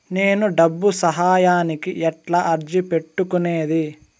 నేను డబ్బు సహాయానికి ఎట్లా అర్జీ పెట్టుకునేది?